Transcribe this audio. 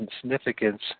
significance